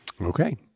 Okay